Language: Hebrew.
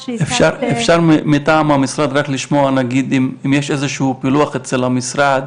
אפשר מטעם המשרד רק לשמוע נגיד אם יש איזה שהוא פילוח אצל המשרד